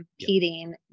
competing